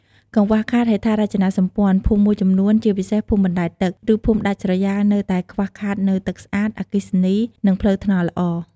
កង្វះខាតហេដ្ឋារចនាសម្ព័ន្ធ ភូមិមួយចំនួន ជាពិសេសភូមិបណ្ដែតទឹក ឬភូមិដាច់ស្រយាលនៅតែខ្វះខាតនូវ ទឹកស្អាត អគ្គិសនី និងផ្លូវថ្នល់ល្អ។